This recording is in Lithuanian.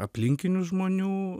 aplinkinių žmonių